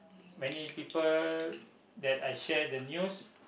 many people that I share the news